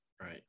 Right